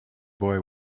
boy